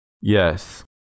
Yes